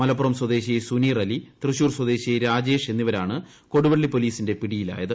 മലപ്പുറം സ്വദേശി സുനീർ അലി തൃശൂർ സ്വദേശി രാജേഷ് എന്നിവരാണ് കൊടുവള്ളി പോലീസിന്റെ പിടിയിലായത്